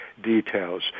details